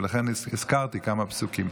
ולכן הזכרתי כמה פסוקים.